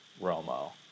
Romo